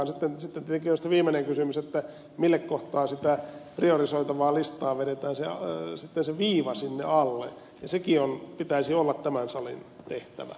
sitten tietenkin on se viimeinen kysymys mille kohtaa sitä priorisoitavaa listaa vedetään sitten se viiva alle ja senkin pitäisi olla tämän salin tehtävä